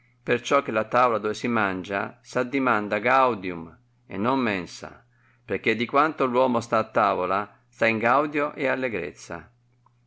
ciò che la tavola dove si mangia s addimanda raiidiuìji e non mensa perchè di quanto l uomo sta a tavola sta in gaudio e